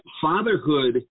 fatherhood